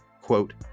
Quote